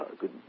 good